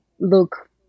look